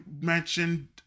mentioned